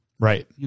Right